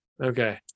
okay